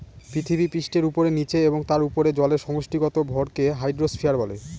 পৃথিবীপৃষ্ঠের উপরে, নীচে এবং তার উপরে জলের সমষ্টিগত ভরকে হাইড্রোস্ফিয়ার বলে